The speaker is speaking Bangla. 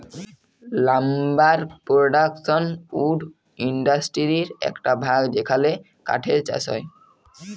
লাম্বার পোরডাকশন উড ইন্ডাসটিরির একট ভাগ যেখালে কাঠের চাষ হয়